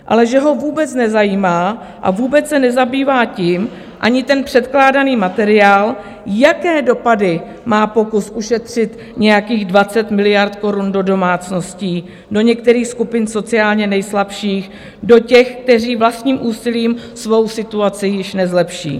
Ale že ho vůbec nezajímá a vůbec se nezabývá tím ani ten předkládaný materiál, jaké dopady má pokus ušetřit nějakých 20 miliard korun do domácností, do některých skupin sociálně nejslabších, do těch, kteří vlastním úsilím svou situaci již nezlepší.